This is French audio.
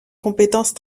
compétences